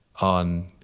on